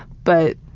but